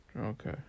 Okay